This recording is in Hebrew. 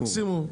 מקסימום.